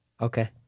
Okay